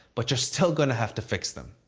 but you're still going to have to fix them.